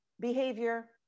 Behavior